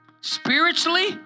spiritually